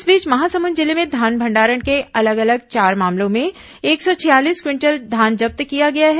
इस बीच महासमुंद जिले में धान भंडारण के अलग अलग चार मामलों में एक सौ छियालीस क्विंटल धान जब्त किया गया है